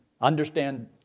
understand